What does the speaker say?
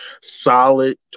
solid